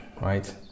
right